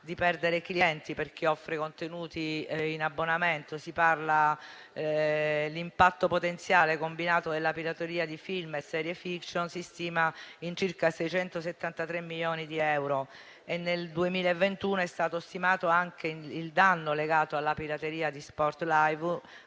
di perdere clienti per chi offre contenuti in abbonamento; l'impatto potenziale combinato della pirateria di film e serie *fiction* è stimato in circa 673 milioni di euro. Nel 2021 è stato stimato anche il danno legato alla pirateria di *sport live*,